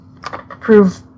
prove